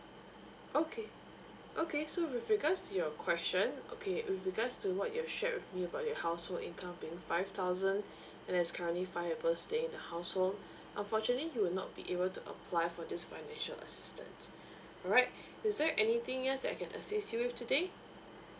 okay okay so with regards to your question okay with regards to what you have shared with me about your household income being five thousand there's currently five people staying in the household unfortunately you will not be able to apply for this financial assistance alright is there anything else I can assist you with today